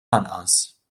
lanqas